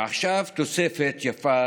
קומיקאים,